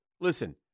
listen